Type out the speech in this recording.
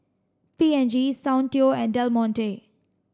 P and G Soundteoh and Del Monte